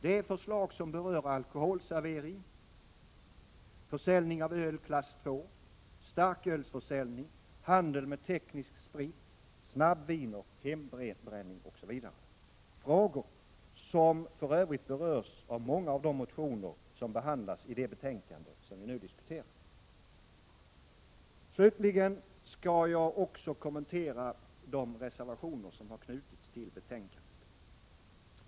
Det är förslag som berör alkoholservering, försäljning av öl klass II, starkölsförsäljning, handel med teknisk sprit, snabbviner, hembränning m.m. — frågor som för övrigt berörs i många av de motioner som behandlas i det betänkande som vi nu diskuterar. Slutligen skall jag också kommentera de reservationer som knutits till betänkandet.